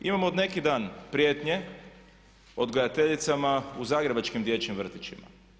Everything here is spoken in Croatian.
Imamo od neki dan prijetnje odgajateljicama u zagrebačkim dječjim vrtićima.